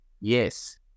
Yes